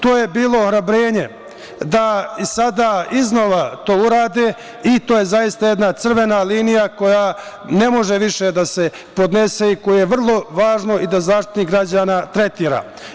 To je bilo ohrabrenje da i sada i iznova to urade i to je zaista jedna crvena linija koja ne može više da se podnese i koja je vrlo važno i da Zaštitnik građana tretira.